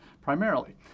primarily